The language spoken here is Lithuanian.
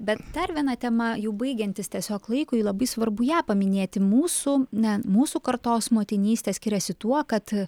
bet dar viena tema jau baigiantis tiesiog laikui labai svarbu ją paminėti mūsų na mūsų kartos motinystė skiriasi tuo kad